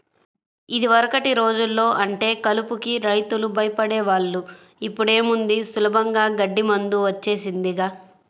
యిదివరకటి రోజుల్లో అంటే కలుపుకి రైతులు భయపడే వాళ్ళు, ఇప్పుడేముంది సులభంగా గడ్డి మందు వచ్చేసిందిగా